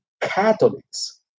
Catholics